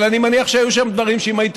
אבל אני מניח שהיו שם דברים שאם הייתי